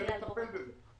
מטפל בזה.